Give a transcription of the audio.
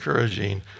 encouraging